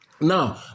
Now